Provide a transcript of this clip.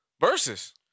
Versus